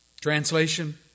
Translation